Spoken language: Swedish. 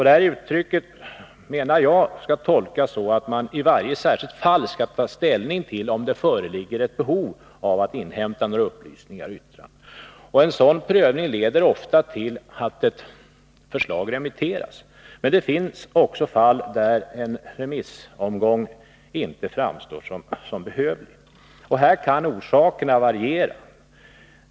Det uttrycket menar jag skall tolkas så att man i varje särskilt fall skall ta ställning till om det föreligger ett behov av att inhämta några upplysningar och yttranden. En sådan prövning leder ofta till att ett förslag remitteras. Men det finns också fall där en remissomgång inte framstår som behövlig. Orsakerna härtill kan variera.